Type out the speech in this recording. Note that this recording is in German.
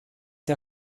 der